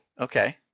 okay